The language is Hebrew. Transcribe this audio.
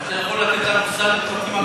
אתה יכול לתת קצת פרטים על התוכנית?